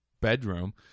bedroom